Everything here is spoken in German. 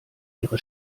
ihre